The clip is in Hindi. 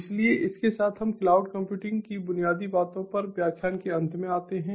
इसलिए इसके साथ हम क्लाउड कंप्यूटिंग की बुनियादी बातों पर व्याख्यान के अंत में आते हैं